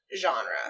genre